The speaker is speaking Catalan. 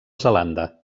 zelanda